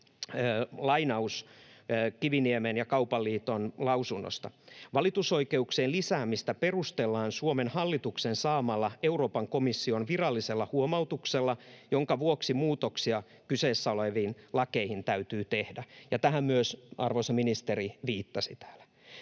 lainaus Kiviniemen ja Kaupan liiton lausunnosta: ”Valitusoikeuksien lisäämistä perustellaan Suomen hallituksen saamalla Euroopan komission virallisella huomautuksella, jonka vuoksi muutoksia kyseessä oleviin lakeihin täytyy tehdä.” Tähän myös arvoisa ministeri viittasi täällä,